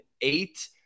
eight